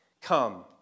come